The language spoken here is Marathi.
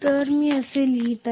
तर मी असे लिहीत आहे